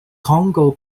congo